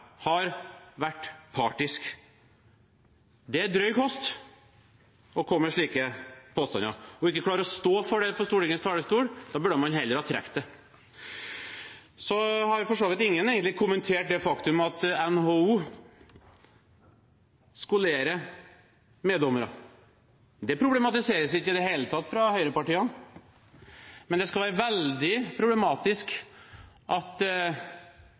har vært partiske. Det er drøy kost å komme med slike påstander, og når man ikke klarer å stå for det på Stortingets talerstol, burde man heller ha trukket det. Så har for så vidt ingen kommentert det faktum at NHO skolerer meddommere. Det problematiseres ikke i det hele tatt av høyrepartiene, men det skal være veldig problematisk at